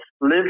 live